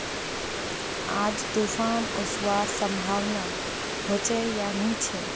आज तूफ़ान ओसवार संभावना होचे या नी छे?